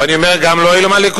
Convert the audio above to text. ואני אומר: גם לא אלה מהליכוד.